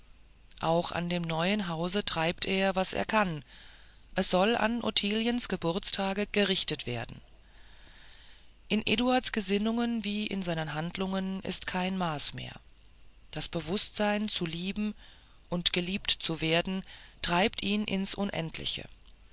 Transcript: auch an dem neuen hause treibt er was er kann es soll an ottiliens geburtstage gerichtet werden in eduards gesinnungen wie in seinen handlungen ist kein maß mehr das bewußtsein zu lieben und geliebt zu werden treibt ihn ins unendliche